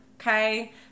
okay